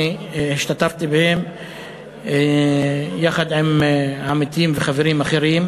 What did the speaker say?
אני השתתפתי בהן יחד עם עמיתים וחברים אחרים.